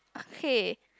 okay